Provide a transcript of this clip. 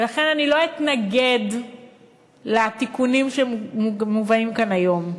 ולכן אני לא אתנגד לתיקונים שמובאים כאן היום.